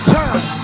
time